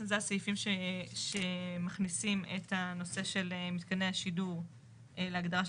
אלה הסעיפים שמכניסים את הנושא של מתקני השידור להגדרה של